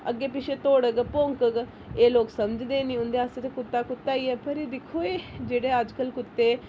अग्गें पिच्छें धौड़ग भौंकग एह् लोग समझदे नी उं'दे आस्तै ते कुत्ता कुत्ता ही ऐ फिर दिक्खो एह् जेह्ड़े अज्जकल कुत्ते